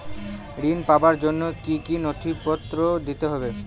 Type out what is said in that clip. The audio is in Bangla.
ঋণ পাবার জন্য কি কী নথিপত্র দিতে হবে?